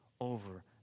over